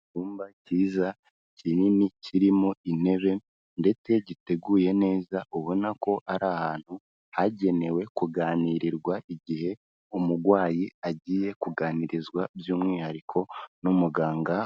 Icyumba cyiza kinini kirimo intebe ndetse giteguye neza ubona ko ari ahantu hagenewe kuganirirwa, igihe umurwayi agiye kuganirizwa by'umwihariko n'umuganga,